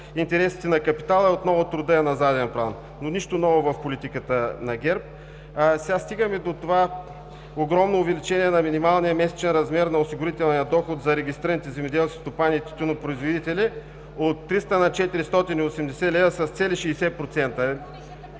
интересите на капитала и отново трудът е на заден план, но не е нищо ново в политиката на ГЕРБ. Стигаме до това огромно увеличение на минималния месечен размер на осигурителния доход за регистрираните земеделски стопани и тютюнопроизводители от 300 на 480 лв. – с цели 60%.